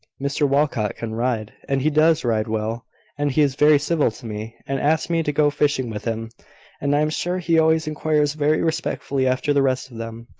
mr walcot can ride, and he does ride well and he is very civil to me, and asks me to go fishing with him and i am sure he always inquires very respectfully after the rest of them.